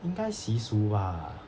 应该习俗啊